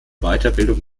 weiterbildung